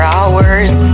hours